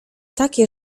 takie